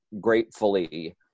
gratefully